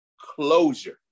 closure